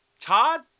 Todd